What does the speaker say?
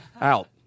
Out